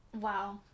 Wow